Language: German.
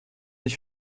ich